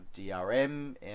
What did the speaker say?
DRM